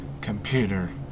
Computer